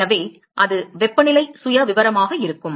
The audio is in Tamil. எனவே அது வெப்பநிலை சுயவிவரமாக இருக்கும்